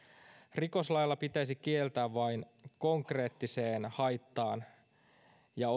rikoslailla pitäisi kieltää vain konkreettiseen haittaan ja